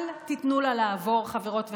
אל תיתנו לה לעבור, חברות וחברים.